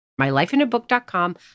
MyLifeInABook.com